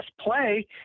play